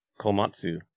Komatsu